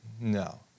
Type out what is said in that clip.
No